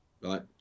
right